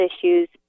issues